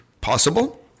Possible